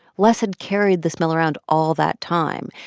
les had carried the smell around all that time.